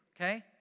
okay